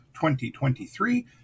2023